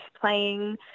playing